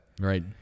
Right